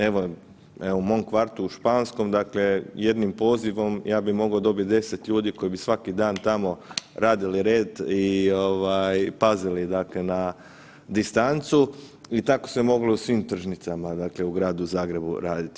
Evo, evo u mom kvartu u Španskom, dakle jednim pozivom ja bi mogo dobit 10 ljudi koji bi svaki dan tamo radili red i ovaj pazili, dakle na distancu i tako se moglo u svim tržnicama, dakle u Gradu Zagrebu raditi.